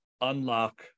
unlock